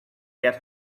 get